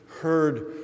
heard